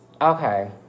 Okay